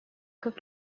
как